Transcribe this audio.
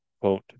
quote